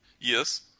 Yes